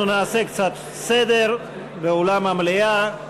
אנחנו נעשה קצת סדר באולם המליאה.